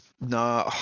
No